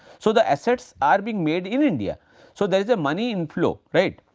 so, the assets are being made in india so there is a money in flow right.